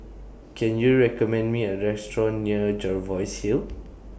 Can YOU recommend Me A Restaurant near Jervois Hill